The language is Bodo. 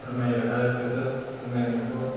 फोरमायो आरो बेफोर फोरमायनायखौ